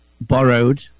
borrowed